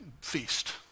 feast